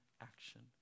action